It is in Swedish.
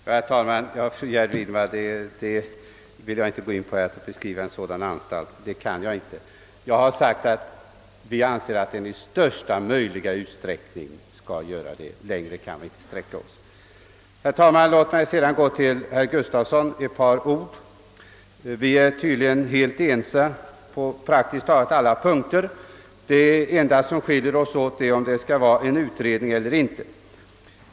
Herr talman! Jag vill inte ge mig på att försöka beskriva hur en sådan anstalt skulle se ut; det kan jag inte. Vi har sagt att vi anser att livet på anstalten i största möjlig utsträckning skall likna livet utanför anstalten — längre kan vi inte sträcka oss. Herr talman! Låt mig sedan säga ett par ord till herr Gustafsson i Borås. Vi är tydligen helt ense på praktiskt taget alla punkter. Det enda som skiljer oss åt är frågan om det är lämpligt att företa en utredning eller inte.